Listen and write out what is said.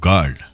God